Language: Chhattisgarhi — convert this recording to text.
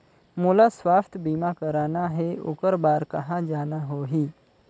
मोला स्वास्थ बीमा कराना हे ओकर बार कहा जाना होही?